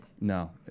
No